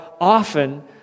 often